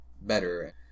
better